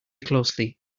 closely